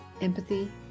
empathy